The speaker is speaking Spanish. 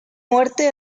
muerte